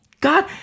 God